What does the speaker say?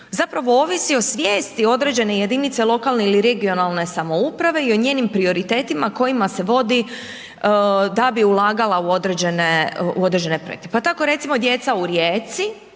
zapravo ovisi o svijesti određene jedinice lokalne ili regionalne samouprave i o njenim prioritetima kojima se vodi da bi ulagala u određene projekte. Pa tako recimo djeca u Rijeci,